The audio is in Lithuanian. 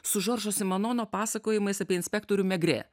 su žoržo simanono pasakojimais apie inspektorių megrė